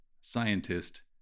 scientist